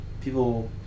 people